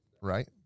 right